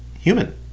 human